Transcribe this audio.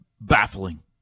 baffling